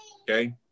okay